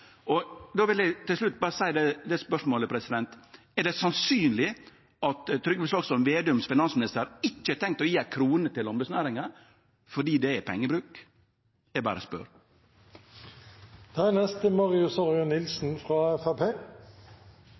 Til slutt vil eg stille eit spørsmål: Er det sannsynleg at Trygve Slagsvold Vedum, som finansminister, ikkje har tenkt å gje ei krone til landbruksnæringa fordi det er pengebruk? Eg berre spør.